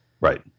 Right